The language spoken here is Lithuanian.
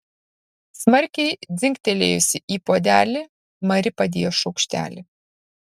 smarkiai dzingtelėjusi į puodelį mari padėjo šaukštelį